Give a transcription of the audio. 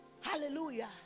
Hallelujah